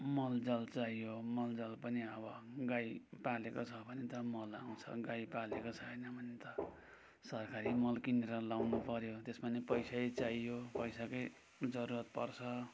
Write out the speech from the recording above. मल जल चाहियो मल जल पनि अब गाई पालेको छ भने त मल आउँछ गाई पालेको छैन भने त सरकारी मल किनेर लाउनु पऱ्यो त्यसमा नि पैसै चाहियो पैसाकै जरुरत पर्छ